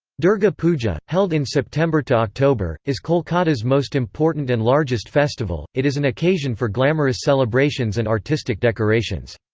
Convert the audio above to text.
durga puja, held in september-october, is kolkata's most important and largest festival it is an occasion for glamorous celebrations and artistic decorations.